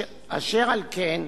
אשר על כן,